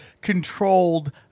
controlled